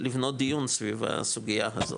לבנות דיון סביב הסוגייה הזאת,